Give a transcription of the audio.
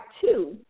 two